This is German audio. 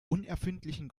unerfindlichen